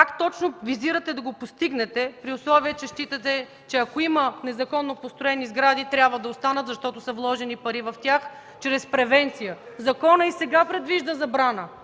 Как точно визирате да го постигнете, при условие че считате, че ако има незаконно построени сгради, трябва да останат, защото са вложени пари в тях чрез превенция. Законът и сега предвижда забрана.